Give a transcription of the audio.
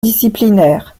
disciplinaires